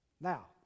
Now